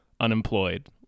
unemployed